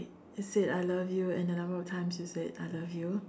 said I love you and the number of times you said I love you